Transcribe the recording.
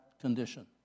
condition